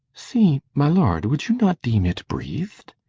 see, my lord, would you not deem it breath'd,